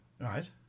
Right